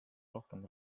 rohkem